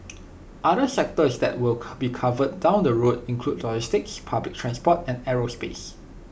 other sectors that will ka be covered down the road include logistics public transport and aerospace